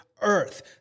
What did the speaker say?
earth